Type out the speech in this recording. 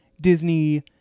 Disney